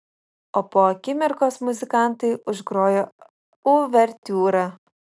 o po akimirkos muzikantai užgrojo uvertiūrą